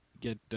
get